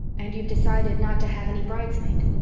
and you've decided not to have any bridesmaid?